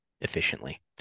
efficiently